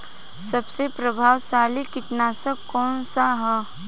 सबसे प्रभावशाली कीटनाशक कउन सा ह?